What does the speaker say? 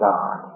God